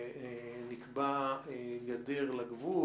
ונקבעה גדר לגבול.